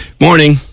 Morning